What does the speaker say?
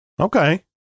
Okay